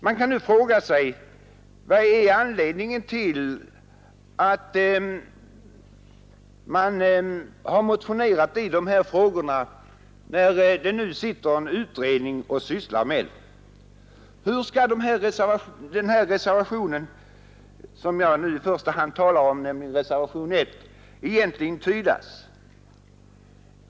Man kan nu fråga sig vad som är anledningen till att det har motionerats i dessa frågor, när en utredning sysslar med dem. Hur skall den här reservationen som jag i första hand talar om, nämligen reservationen 1, egentligen tydas?